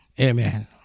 Amen